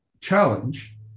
challenge